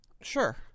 Sure